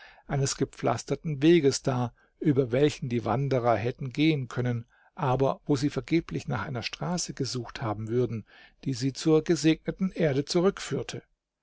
eines gepflasterten weges dar über welchen die wanderer hätten gehen können aber wo sie vergeblich nach einer straße gesucht haben würden die sie zur gesegneten erde